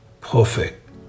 perfect